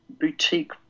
Boutique